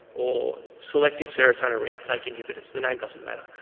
or selective serotonin re-uptake inhibitors the name doesn't matter.